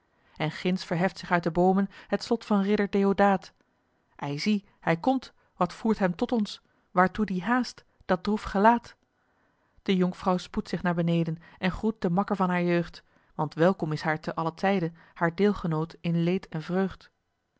en ginds verheft zich uit de boomen het slot van ridder deodaat ei zie hij komt wat voert hem tot ons waartoe die haast dat droef gelaat de jonkvrouw spoedt zich naar beneden en groet den makker van haar jeugd want welkom is haar te allen tijde haar deelgenoot in leed en vreugd